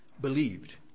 believed